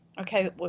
Okay